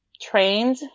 trained